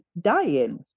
dying